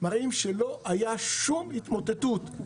מראות שלא הייתה שום התמוטטות.